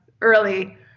early